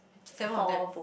seven of them